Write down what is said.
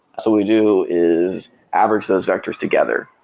so we do is average those vectors together.